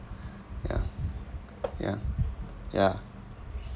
ya ya ya